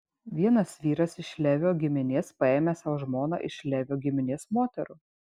vienas vyras iš levio giminės paėmė sau žmona vieną iš levio giminės moterų